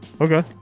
Okay